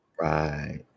Right